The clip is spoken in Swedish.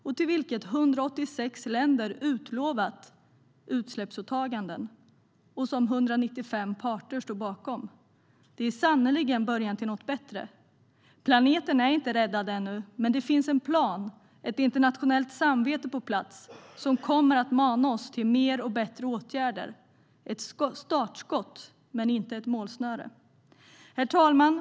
186 länder har utlovat utsläppsåtaganden, och 195 parter står bakom avtalet. Det är sannerligen början till något bättre. Planeten är inte räddad ännu, men det finns en plan och ett internationellt samvete på plats som kommer att mana oss till fler och bättre åtgärder. Det är ett startskott men inte ett målsnöre. Herr talman!